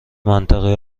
منطقه